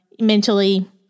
mentally